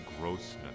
grossness